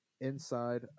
inside